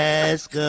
ask